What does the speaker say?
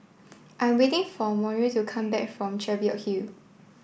I'm waiting for Monroe to come back from Cheviot Hill